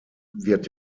wird